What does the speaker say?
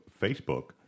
Facebook